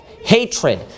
hatred